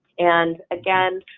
and again,